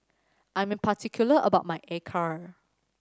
I'm particular about my acar